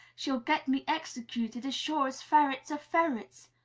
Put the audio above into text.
she'll get me executed, as sure as ferrets are ferrets!